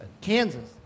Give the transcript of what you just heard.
Kansas